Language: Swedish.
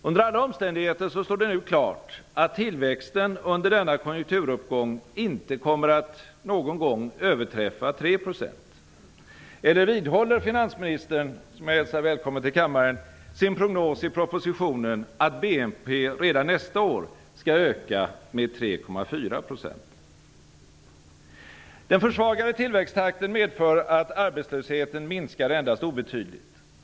Under alla omständigheter står det nu klart att tillväxten under denna konjunkturuppgång inte kommer att någon gång överträffa 3 %. Eller vidhåller finansministern, som jag hälsar välkommen till kammaren, sin prognos i propositionen att BNP redan nästa år skall öka med 3,4 %? Den försvagade tillväxttakten medför att arbetslösheten minskar endast obetydligt.